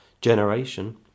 generation